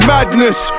Madness